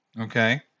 okay